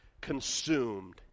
consumed